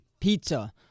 pizza